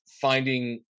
finding